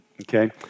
okay